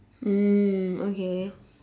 mm okay